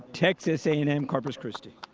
texas a and m corpus christi.